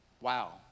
Wow